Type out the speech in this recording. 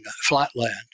Flatland